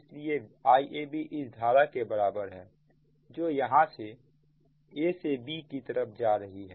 Iabइस धारा के बराबर है जो यहां a से b की तरफ जा रही है